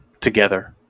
together